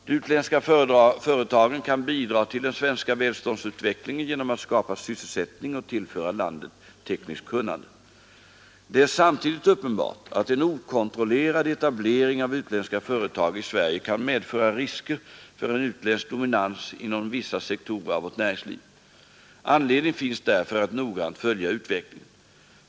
De utländska företagen kan bidra till den svenska välståndsutvecklingen genom att skapa sysselsättning och tillföra landet tekniskt kunnande. Det är samtidigt uppenbart att en okontrollerad etablering av utländska företag i Sverige kan medföra risker för en utländsk dominans inom vissa sektorer av vårt näringsliv. Anledning finns därför att noggrant följa utvecklingen.